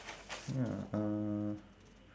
ya uh